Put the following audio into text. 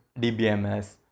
DBMS